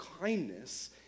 kindness